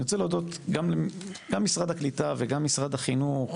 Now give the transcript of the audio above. אני רוצה להודות גם למשרד הקליטה וגם למשרד החינוך.